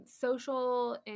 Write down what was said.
social